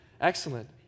Excellent